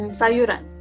sayuran